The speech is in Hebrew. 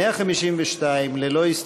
ההסתייגות לחלופין (ג)